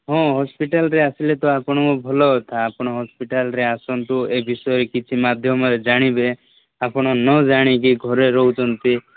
ହଁ ହସ୍ପିଟାଲ୍ରେ ଆସିଲେ ତ ଆପଣଙ୍କ ଭଲ କଥା ଆପଣ ହସ୍ପିଟାଲ୍ରେ ଆସନ୍ତୁ ଏ ବିଷୟରେ କିଛି ମାଧ୍ୟମରେ ଜାଣିବେ ଆପଣ ନ ଜାଣିକି ଘରେ ରହୁଛନ୍ତି